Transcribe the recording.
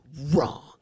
wrong